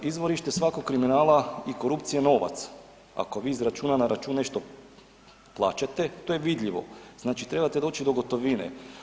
Izvorište svakog kriminala i korupcije je novac, ako vi iz računa na račun nešto plaćate to je vidljivo, znači trebate doći do gotovine.